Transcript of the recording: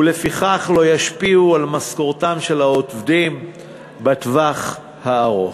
ולפיכך לא ישפיעו על משכורתם של העובדים בטווח הארוך.